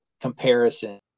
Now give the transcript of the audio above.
comparison